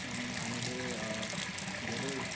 हामीले धेरै